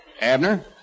Abner